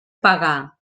pagar